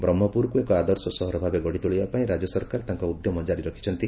ବ୍ରହ୍କପୁରକୁ ଏକ ଆଦର୍ଶ ସହର ଭାବେ ଗଢ଼ିତୋଳିବା ପାଇଁ ରାଜ୍ୟ ସରକାର ତାଙ୍କ ଉଦ୍ୟମ କାରି ରଖିଛନ୍ତି